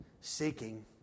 seeking